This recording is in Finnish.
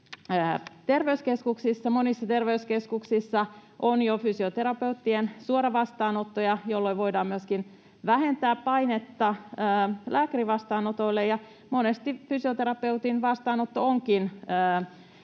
Monissa terveyskeskuksissa on jo fysioterapeuttien suoravastaanottoja, jolloin voidaan myöskin vähentää painetta lääkärin vastaanotoille, ja monesti fysioterapeutin vastaanotto onkin